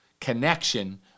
connection